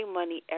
money